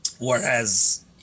Whereas